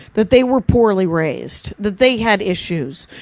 that they were poorly raised. that they had issues.